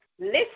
list